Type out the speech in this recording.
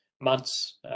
months